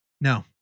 No